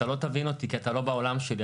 אתה לא תבין אותי, כי אתה לא בעולם שלי.